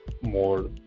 more